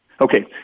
Okay